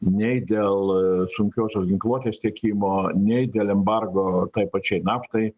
nei dėl sunkiosios ginkluotės tiekimo nei dėl embargo tai pačiai naftai